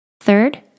Third